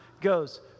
goes